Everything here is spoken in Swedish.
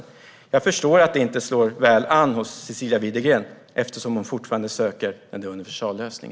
Men jag förstår att det inte slår väl an hos Cecilia Widegren, eftersom hon fortfarande söker efter en universallösning.